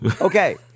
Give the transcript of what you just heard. Okay